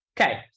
Okay